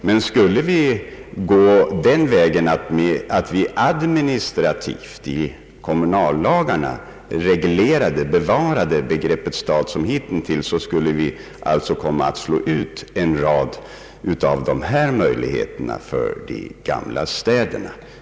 Men skulle vi gå den vägen att vi administrativt, i kommunallagarna, bevarade begreppet stad som hitintills skulle vi slå ut denna möjlighet för de gamla städerna.